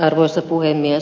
arvoisa puhemies